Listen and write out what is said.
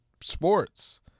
sports